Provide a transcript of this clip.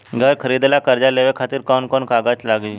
घर खरीदे ला कर्जा लेवे खातिर कौन कौन कागज लागी?